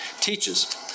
teaches